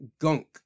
gunk